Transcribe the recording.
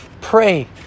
pray